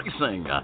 Racing